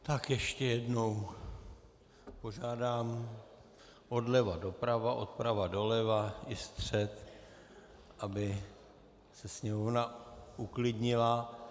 Tak ještě jednou požádám odleva doprava, odprava doleva i střed, aby se sněmovna uklidnila.